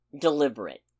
deliberate